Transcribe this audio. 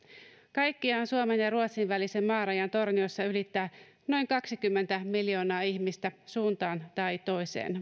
kaikkiaan suomen ja ruotsin välisen maarajan torniossa ylittää vuodessa noin kaksikymmentä miljoonaa ihmistä suuntaan tai toiseen